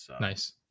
Nice